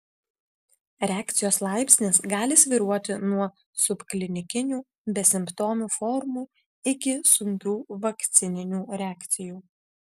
reakcijos laipsnis gali svyruoti nuo subklinikinių besimptomių formų iki sunkių vakcininių reakcijų